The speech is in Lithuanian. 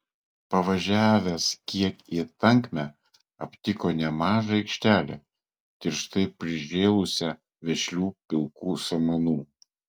pavažiavęs kiek į tankmę aptiko nemažą aikštelę tirštai prižėlusią vešlių pilkų samanų